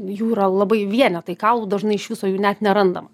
jų yra labai vienetai kaulų dažnai iš viso jų net nerandama